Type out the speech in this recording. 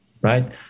right